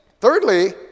thirdly